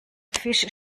fisch